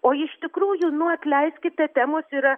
o iš tikrųjų nu atleiskite temos yra